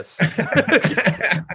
yes